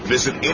Visit